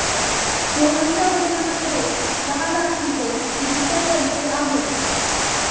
सोहनच्या वडिलांकडे दहा लाखांचे डिजिटल पैसे आहेत